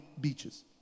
beaches